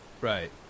Right